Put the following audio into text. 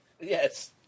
Yes